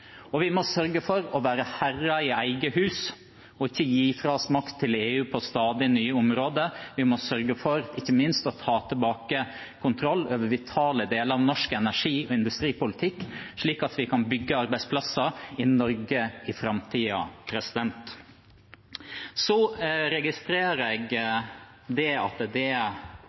Vi må sørge for å være herre i eget hus og ikke gi fra oss makt til EU på stadig nye områder. Vi må sørge for – ikke minst – å ta tilbake kontroll over vitale deler av norsk energi- og industripolitikk, slik at vi kan bygge arbeidsplasser i Norge i framtiden. Jeg registrerer at det